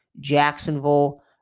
Jacksonville